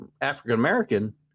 African-American